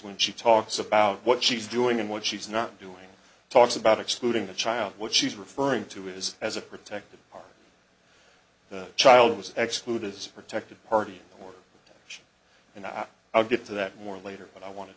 when she talks about what she's doing and what she's not doing talks about excluding the child what she's referring to is as a protective the child was executed as protected party she and i i'll get to that more later but i want